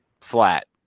flat